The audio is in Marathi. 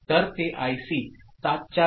तर ते आयसी 7491